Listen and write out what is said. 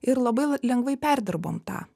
ir labai lengvai perdirbom tą